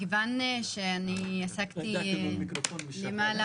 מכיוון שאני עסקתי למעלה